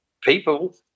People